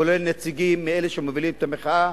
כולל נציגים מאלה שמובילים את המחאה,